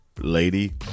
lady